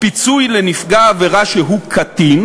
פיצוי לנפגע עבירה שהוא קטין,